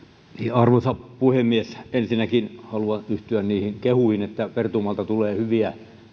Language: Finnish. arvoisa puhemies ensinnäkin haluan yhtyä niihin kehuihin että pertunmaalta tulee hyviä